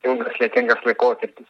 ilgas lietingas laikotarpis